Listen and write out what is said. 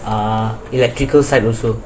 uh electrical side also